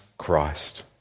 Christ